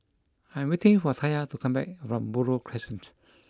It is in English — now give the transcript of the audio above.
I am waiting for Taya to come back from Buroh Crescent